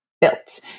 built